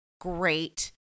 great